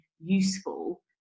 useful